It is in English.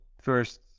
first